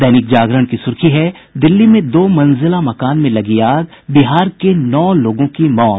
दैनिक जागरण की सुर्खी है दिल्ली में दो मंजिला मकान में लगी आग बिहार के नौ लोगों की मौत